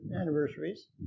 anniversaries